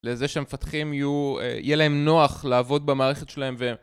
לזה שהמפתחים יהיו... אה... יהיה להם נוח לעבוד במערכת שלהם, ו...